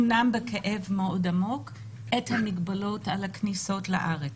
אמנם בכאב מאוד עמוק את המגבלות על הכניסה לארץ.